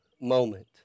moment